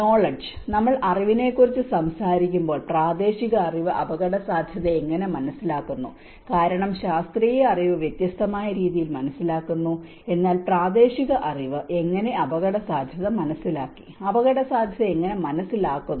knowledge നമ്മൾ അറിവിനെക്കുറിച്ച് സംസാരിക്കുമ്പോൾ പ്രാദേശിക അറിവ് അപകടസാധ്യതയെ എങ്ങനെ മനസ്സിലാക്കുന്നു കാരണം ശാസ്ത്രീയ അറിവ് വ്യത്യസ്തമായ രീതിയിൽ മനസ്സിലാക്കുന്നു എന്നാൽ പ്രാദേശിക അറിവ് എങ്ങനെ അപകടസാധ്യത മനസ്സിലാക്കി അപകടസാധ്യത എങ്ങനെ മനസ്സിലാക്കുന്നു